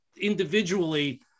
individually